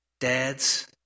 Dads